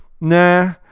Nah